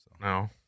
no